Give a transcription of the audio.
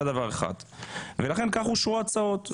ולכן כך אושרו ההצעות.